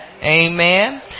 Amen